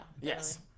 Yes